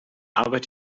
arbeit